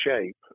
shape